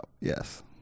Yes